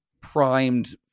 primed